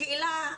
השאלה,